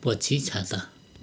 पछि छाता